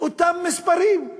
אותם מספרים.